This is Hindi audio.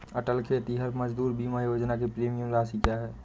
अटल खेतिहर मजदूर बीमा योजना की प्रीमियम राशि क्या है?